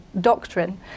doctrine